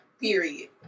period